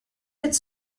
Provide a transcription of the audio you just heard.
êtes